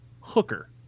hooker